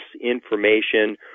information